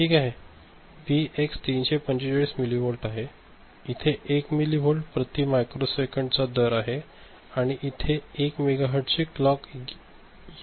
V X 345 millivolt आहे इथे 1 millivolt प्रति मायक्रोसेकंद चा दर आहे आणि आपण इथे 1 मेगा हॅट्झ ची क्लॉक घेत आहे